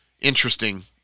Interesting